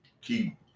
keep